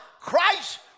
Christ